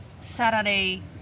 Saturday